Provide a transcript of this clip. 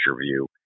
view